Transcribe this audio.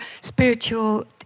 spiritual